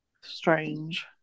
Strange